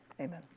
amen